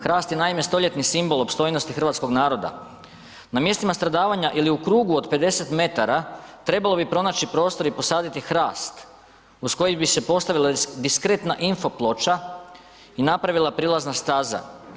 Hrast je naime stoljetni simbol opstojnosti hrvatskog naroda, na mjestima stradavanja ili u krugu od 50 metara trebalo bi pronaći prostor i posaditi hrast uz koji bi se postavila diskretna info ploča i napravila prilazna staza.